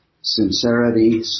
sincerity